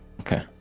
Okay